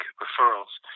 referrals